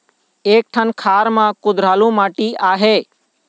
एक ठन खार म कुधरालू माटी आहे?